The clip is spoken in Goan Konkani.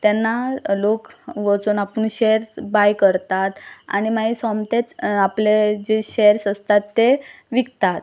तेन्ना लोक वचून आपूण शॅर्स बाय करतात आनी मागीर सोमतेच आपले जे शॅर्स आसतात ते विकतात